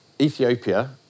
Ethiopia